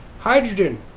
hydrogen